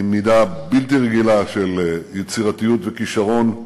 עם מידה בלתי רגילה של יצירתיות וכישרון,